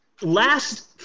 Last